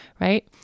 right